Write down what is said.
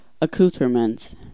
Accoutrements